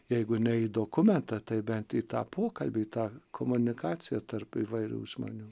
jeigu ne į dokumentą tai bent į tą pokalbį tą komunikaciją tarp įvairių žmonių